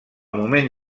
moment